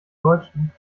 deutschen